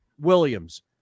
Williams